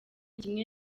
kimwe